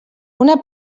una